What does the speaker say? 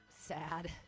sad